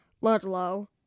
Ludlow